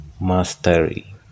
mastery